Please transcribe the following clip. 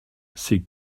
c’est